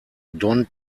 don